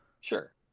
Sure